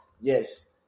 Yes